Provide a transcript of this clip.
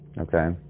okay